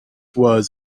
was